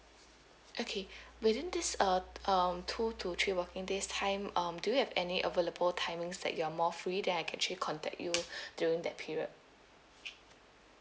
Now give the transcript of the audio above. okay within this uh um two to three working days time um do you have any available timings that you're more free then I can actually contact you during that period